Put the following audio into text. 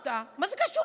רואה על מה את מדברת.